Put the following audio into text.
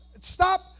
Stop